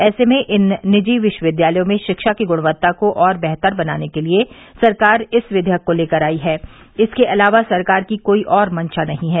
ऐसे में इन निजी विश्वविद्यालयों में शिक्षा की गृणवत्ता को और बेहतर बनाने के लिये सरकार इस विधेयक को लेकर आई है इसके अलावा सरकार की कोई और मंशा नहीं है